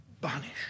banish